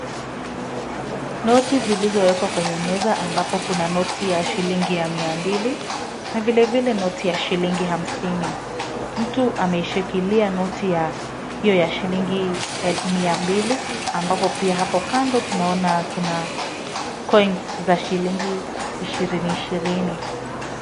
Noti zilizowekwa kwenye meza ambapo kuna noti ya shilingi ya mia mbili na vilevile noti ya shilingi hamsini. Mtu ameishikilia noti hiyo ya shilingi mia mbili ambapo pia hapo kando tunaona kuna coins za shilingi ishirini ishirini.